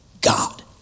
God